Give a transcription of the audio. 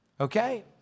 Okay